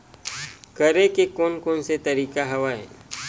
करे के कोन कोन से तरीका हवय?